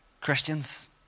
Christians